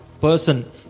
person